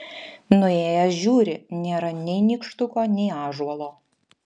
nuėjęs žiūri nėra nei nykštuko nei ąžuolo